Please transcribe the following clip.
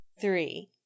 three